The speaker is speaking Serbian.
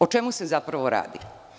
O čemu se zapravo radi?